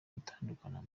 gutandukana